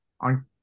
on